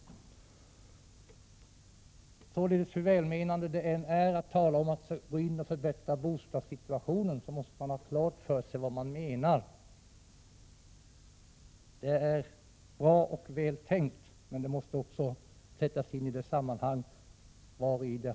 Hur välmenande man än är när man talar om behovet av att förbättra bostadssituationen, måste man ha klart för sig hur det är. Det är bra och väl tänkt, men det gäller att se till den faktiska situationen.